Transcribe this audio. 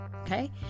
okay